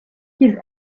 his